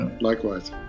Likewise